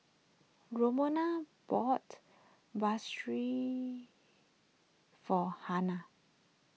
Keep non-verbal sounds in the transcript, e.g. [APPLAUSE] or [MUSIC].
Romona bought [UNINTELLIGIBLE] for Harlan